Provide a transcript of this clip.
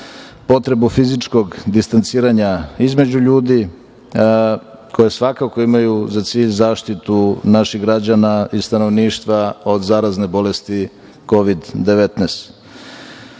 potrebu fizičkog distanciranja između ljudi koje svakako imaju za cilj zaštitu naših građana i stanovništva od zarazne bolesti Kovid-19.U